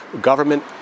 government